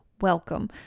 welcome